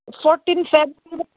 fourteen ꯐꯦꯕ꯭ꯋꯥꯔꯤꯗ